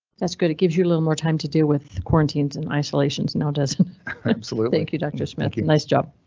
that's good, it gives you a little more time to do with quarantines and isolations. now doesn't absolutely thank you, dr smith. nice job.